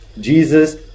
Jesus